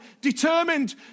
determined